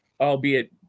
albeit